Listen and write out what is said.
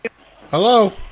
Hello